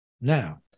now